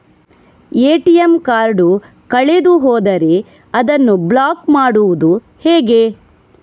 ATM card ಕಳೆದು ಹೋದರೆ ಅದನ್ನು ಬ್ಲಾಕ್ ಮಾಡುವುದು ಹೇಗೆ?